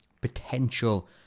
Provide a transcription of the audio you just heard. potential